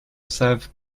savent